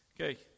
Okay